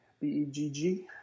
B-E-G-G